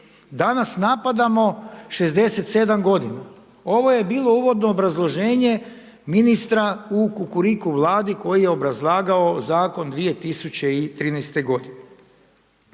Danas napadamo 67 godina. Ovo je bilo uvodno obrazloženje ministra u kukuriku Vladi koji je obrazlagao zakon 2013. godine.